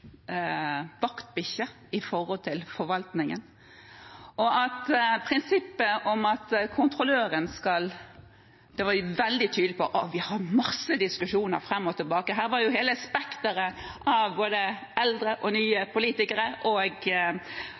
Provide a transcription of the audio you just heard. vaktbikkje overfor forvaltningen. Vi hadde masse diskusjoner fram og tilbake om prinsippene. Vi hadde hele spekteret av både eldre og nye politikere og